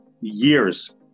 years